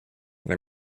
let